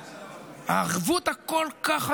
הערבות החזקה כל כך,